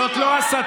זה עוד לא הסתה.